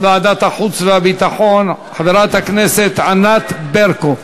ועדת החוץ והביטחון חברת הכנסת ענת ברקו.